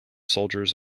soldiers